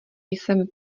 jsem